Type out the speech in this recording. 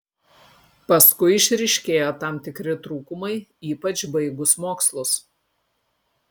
paskui išryškėjo tam tikri trūkumai ypač baigus mokslus